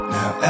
Now